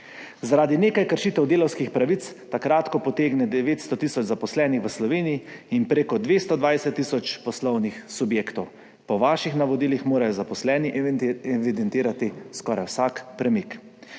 Zaradi nekaj kršitev delavskih pravic kratko potegne 900 tisoč zaposlenih v Sloveniji in prek 220 tisoč poslovnih subjektov. Po vaših navodilih morajo zaposleni evidentirati skoraj vsak premik.